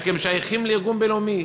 רק הם שייכים לארגון בין-לאומי.